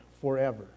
forever